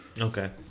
Okay